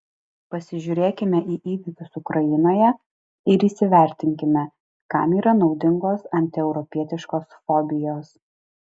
pasižiūrėkime į įvykius ukrainoje ir įsivertinkime kam yra naudingos antieuropietiškos fobijos